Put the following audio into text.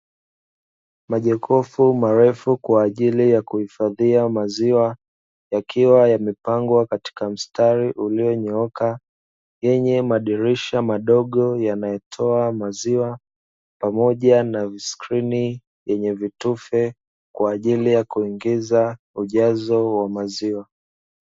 Majokofu marefu kwa ajii ya kuhifadhia maziwa, yakiwa yamepangwa katika mstari ulionyooka, yakiwa madirisha madogo yanayotoa maziwa, pamoja na skirini yenye vitufe kwa ajili ya kuingiza ujazo wa maziwa.